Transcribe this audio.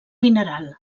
mineral